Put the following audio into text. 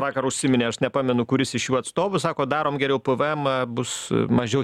vakar užsiminė aš nepamenu kuris iš jų atstovų sako darom geriau pėvėemą bus mažiau